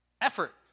effort